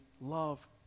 love